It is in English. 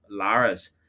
Laras